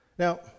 Now